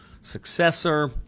successor